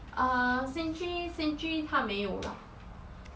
uh cintri cintri 他没有啦